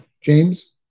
james